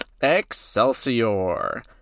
Excelsior